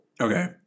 Okay